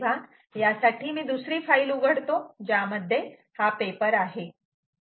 तेव्हा यासाठी मी दुसरी फाईल उघडतो ज्यामध्ये हा पेपर आहे